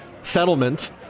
settlement